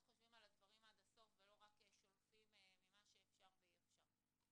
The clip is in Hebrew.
חושבים על הדברים עד הסוף ולא רק שולפים ממה שאפשר ואי אפשר.